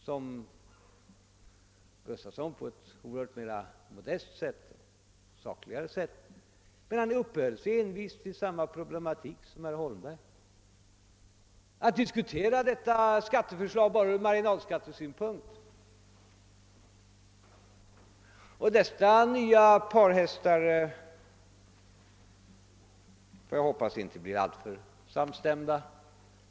Herr Gustafson, om än på ett mycket mera modest och sakligt sätt, uppehöll sig envist vid samma problematik som herr Holmberg och diskuterade skatteförslaget bara från marginalskattesynpunkt. Jag hoppas att dessa båda nya parhästar inte blir alltför samstämda.